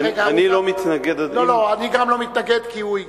אני לא מתנגד, גם אני לא מתנגד, כי הוא הגיש,